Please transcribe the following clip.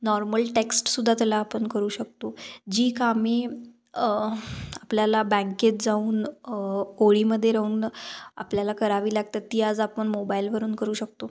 normal टेक्स्टसुद्धा त्याला आपण करू शकतो जी कामे आपल्याला बँकेत जाऊन ओळीमध्ये राहून आपल्याला करावी लागतात ती आज आपण मोबाइलवरून करू शकतो